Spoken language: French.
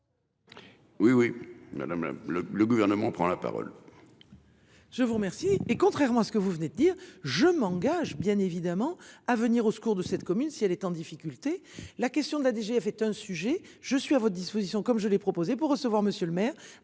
Oui, oui. Madame même le le gouvernement prend la parole. Je vous remercie. Et contrairement à ce que vous venez de dire, je m'engage bien évidemment à venir au secours de cette commune si elle est en difficulté. La question de la DGF est un sujet je suis à votre disposition, comme je l'ai proposé pour recevoir monsieur le maire